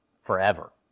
forever